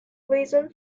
reason